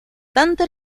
tanto